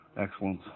excellence